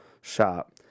shop